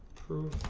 through